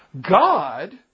God